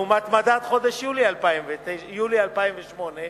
לעומת מדד חודש יולי 2008,